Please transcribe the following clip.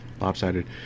lopsided